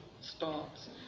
starts